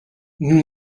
nous